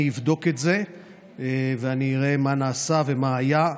אני אבדוק את זה ואני אראה מה נעשה ומה היה.